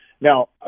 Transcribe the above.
now